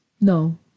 No